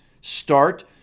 Start